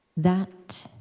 that